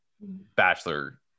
Bachelor